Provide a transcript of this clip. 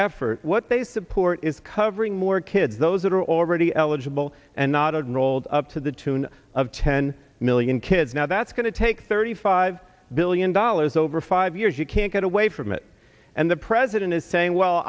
effort what they support is covering more kids those that are already eligible and not rolled up to the tune of ten million kids now that's going to take thirty five billion dollars over five years you can't get away from it and the president is saying well